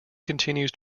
continues